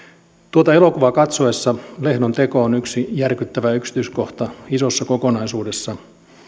tuota elokuvaa katsoessa lehdon teko on yksi järkyttävä yksityiskohta isossa kokonaisuudessa